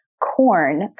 corn